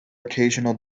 occasional